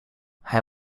hij